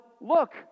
look